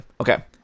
Okay